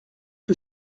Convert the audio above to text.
que